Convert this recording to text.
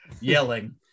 yelling